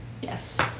Yes